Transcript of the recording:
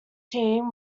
team